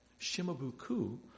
Shimabuku